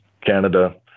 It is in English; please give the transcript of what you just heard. Canada